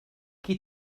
qui